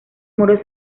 muros